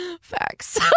Facts